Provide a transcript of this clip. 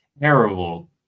terrible